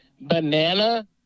banana